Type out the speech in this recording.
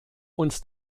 uns